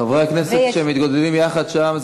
חברי הכנסת שמתגודדים יחד שם,